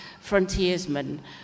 frontiersmen